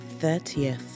30th